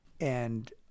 And-